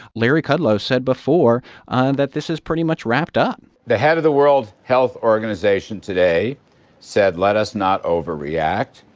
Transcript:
larry kudlow said before that this is pretty much wrapped up the head of the world health organization today said, let us not overreact.